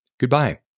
Goodbye